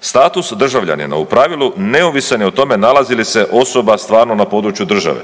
Status državljanina u pravilu neovisan je o tome nalazi li se osoba stvarno na području države.